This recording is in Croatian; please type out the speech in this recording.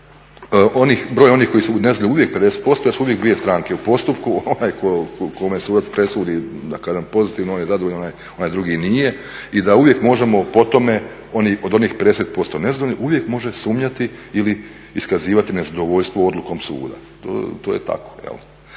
je broj onih koji … 50% jer su uvijek 2 stranke u postupku, onaj kome sudac presudi, da kažem pozitivno, on je zadovoljan, onaj drugi nije i da uvijek možemo po tome, od onih 50% nezadovoljnih, uvijek može sumnjati ili iskazivati nezadovoljstvo odlukom suda. To je tako.